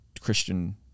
christian